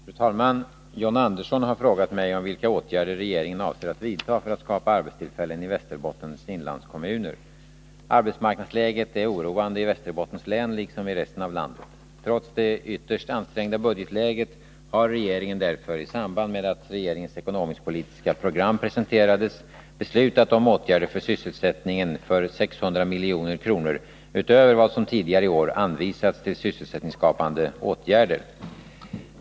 Fru talman! John Andersson har frågat mig vilka åtgärder regeringen avser att vidta för att skapa arbetstillfällen i Västerbottens inlandskommuner. Arbetsmarknadsläget är oroande i Västerbottens län liksom i resten av landet. Trots det ytterst ansträngda budgetläget har regeringen därför, i samband med att regeringens ekonomisk-politiska program presenterades, beslutat om åtgärder för sysselsättningen för 600 milj.kr. utöver vad som tidigare i år anvisats till sysselsättningsskapande åtgärder.